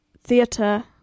theatre